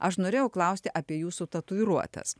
aš norėjau klausti apie jūsų tatuiruotes